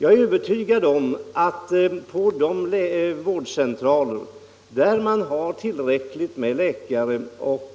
Jag är övertygad om att de vårdcentraler där man har tillräckligt med läkare och